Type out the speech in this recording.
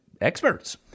experts